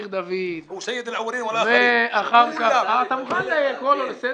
אתה מוכן לקרוא לו לסדר?